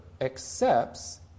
accepts